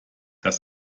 das